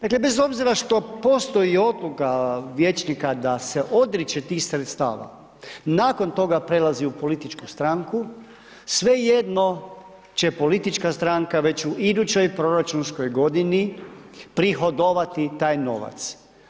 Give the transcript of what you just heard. Dakle bez obzira što postoji odluka vijećnika da se odriče tih sredstava nakon toga prelazi u političku stranku, svejedno će politička stranka već u idućoj proračunskoj godini prihodovati taj novac.